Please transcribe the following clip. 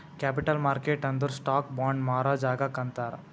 capital market ಅಂದುರ್ stock, bond ಮಾರಾ ಜಾಗಾಕ್ ಅಂತಾರ್